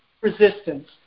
resistance